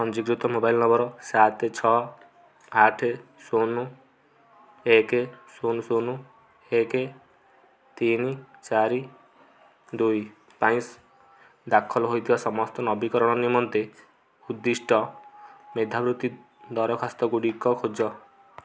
ପଞ୍ଜୀକୃତ mobile number ସାତ ଛଅ ଆଠ ଶୂନ ଏକ ଶୂନ ଶୂନ ଏକ ତିନି ଚାରି ଦୁଇ ପାଇଁ ଦାଖଲ ହେଇଥିବା ସମସ୍ତ ନବୀକରଣ ନିମନ୍ତେ ଉଦ୍ଦିଷ୍ଟ ମେଧାବୃତ୍ତି ଦରଖାସ୍ତଗୁଡ଼ିକ ଖୋଜ